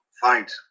fight